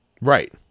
Right